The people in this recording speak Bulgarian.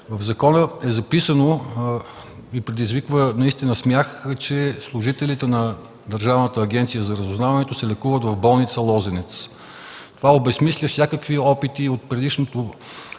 В закона е записано и предизвиква наистина смях, че служителите на Държавната агенция за разузнаването се лекуват в болница „Лозенец”. Това обезсмисля всякакви опити от близкото